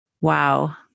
Wow